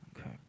Okay